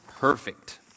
Perfect